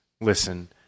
listen